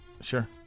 Sure